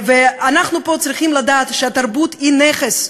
ואנחנו פה צריכים לדעת שהתרבות היא נכס.